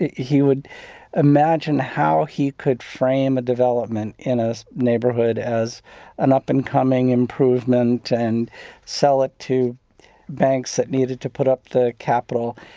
he would imagine how he could frame a development in a neighborhood as an up-and-coming improvement and sell it to banks that needed to put up the capital.